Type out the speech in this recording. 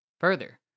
Further